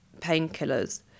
painkillers